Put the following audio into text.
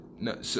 No